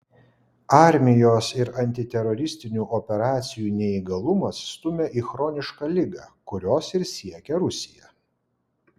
armijos ir antiteroristinių operacijų neįgalumas stumia į chronišką ligą kurios ir siekia rusija